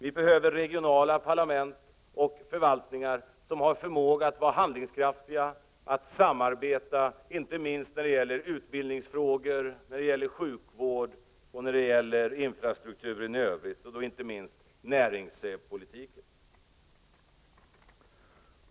Vi behöver regionala parlament och förvaltningar som är handlingskraftiga och som kan samarbeta inte minst när det gäller utbildningsfrågor, sjukvård och infrastrukturen i övrigt, och då särskilt beträffande näringspolitiken.